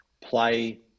play